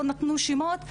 לא נתנו שמות,